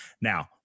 now